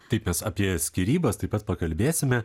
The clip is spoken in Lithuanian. taip mes apie skyrybas taip pat pakalbėsime